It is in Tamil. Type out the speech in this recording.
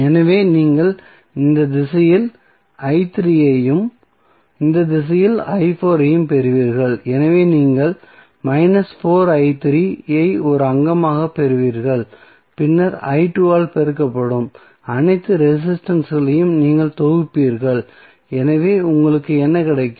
எனவே நீங்கள் இந்த திசையில் ஐயும் இந்த திசையில் ஐயும் பெறுவீர்கள் எனவே நீங்கள் ஐ ஒரு அங்கமாகப் பெறுவீர்கள் பின்னர் ஆல் பெருக்கப்படும் அனைத்து ரெசிஸ்டன்ஸ்களையும் நீங்கள் தொகுப்பீர்கள் எனவே உங்களுக்கு என்ன கிடைக்கும்